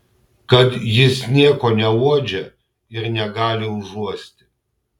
kad jis nieko neuodžia ir negali užuosti